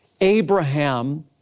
Abraham